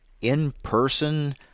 in-person –